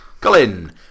Colin